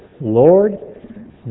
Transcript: Lord